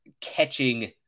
catching